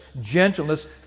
gentleness